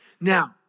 Now